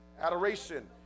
Adoration